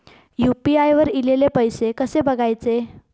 UPI वर ईलेले पैसे कसे बघायचे?